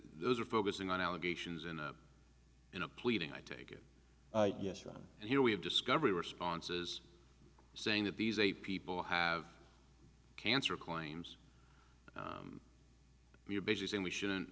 those are focusing on allegations in a in a pleading i take it yes right here we have discovery responses saying that these eight people have cancer claims we're basically saying we shouldn't